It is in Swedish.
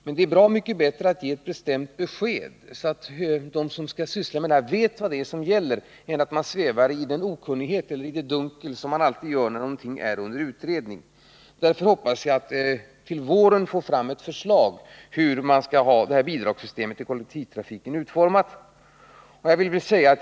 Men det är bra mycket bättre att ge ett bestämt besked, så att de som skall syssla med det här vet vad det är som gäller, än att man svävar i den okunnighet som alltid råder när någonting är under utredning. Därför hoppas jag till våren få fram ett förslag till hur bidragssystemet när det gäller kollektivtrafiken skall vara utformat.